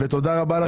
תודה רבה לכם.